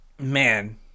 Man